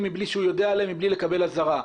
מבלי שהוא יודע עליהם ומבלי לקבל אזהרה.